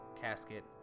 casket